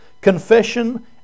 Confession